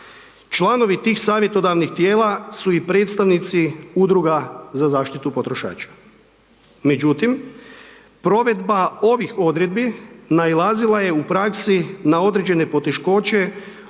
Članovi tih savjetodavnih tijela su i predstavnici udruga za zaštitu potrošača. Međutim, provedba ovih odredbi, nailazila je u praski, na određene poteškoće